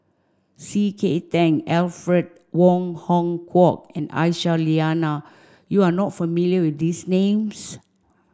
C K Tang Alfred Wong Hong Kwok and Aisyah Lyana you are not familiar with these names